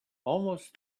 almost